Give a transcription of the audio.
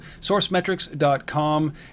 sourcemetrics.com